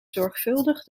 zorgvuldig